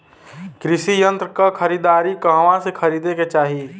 कृषि यंत्र क खरीदारी कहवा से खरीदे के चाही?